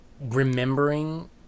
Remembering